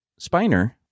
Spiner